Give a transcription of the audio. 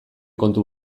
kontu